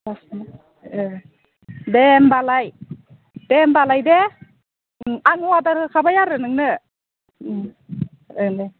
औ दे होमबालाय दे होमबालाय दे आं अर्दार होखाबाय आरो नोंनो ओंं दे